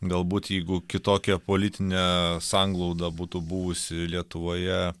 galbūt jeigu kitokia politinė sanglauda būtų buvusi lietuvoje